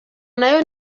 nayo